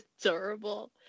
adorable